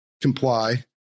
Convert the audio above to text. comply